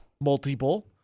Multiple